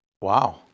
Wow